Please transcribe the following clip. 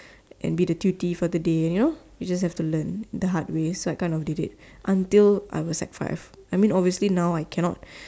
and be the tutee for the day you know you just have to learn the hard way so I kind of did it until I was sec five I mean obviously now I cannot